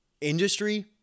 industry